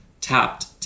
tapped